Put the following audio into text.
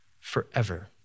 forever